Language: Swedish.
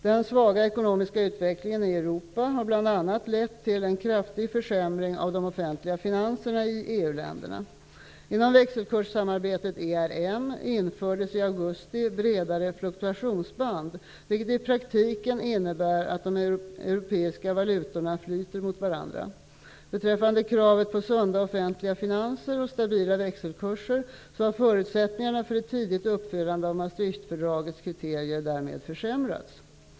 Den svaga ekonomiska utvecklingen i Europa har bl.a. lett till en kraftig försämring av de offentliga finanserna i infördes i augusti bredare fluktuationsband, vilket i praktiken innebär att de europeiska valutorna flyter mot varandra. Beträffande kraven på sunda offentliga finanser och stabila växelkurser har förutsättningarna för ett tidigt uppfyllande av Maastrichtfördragets kriterier därmed försämrats.